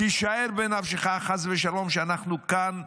כי שער בנפשך, חס ושלום, שאנחנו כאן,